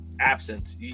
absent